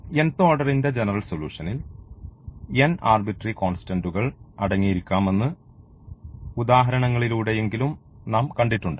nth ഓർഡറിന്റെ general സൊലൂഷൻൽ n arbitrary കോൺസ്റ്റന്റുകൾ അടങ്ങിയിരിക്കാമെന്ന് ഉദാഹരണങ്ങളിലൂടെയെങ്കിലും നാം കണ്ടിട്ടുണ്ട്